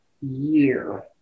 year